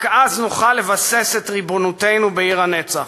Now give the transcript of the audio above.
רק אז נוכל לבסס את ריבונותנו בעיר הנצח.